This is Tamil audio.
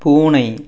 பூனை